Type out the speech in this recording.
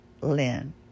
Lynn